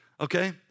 okay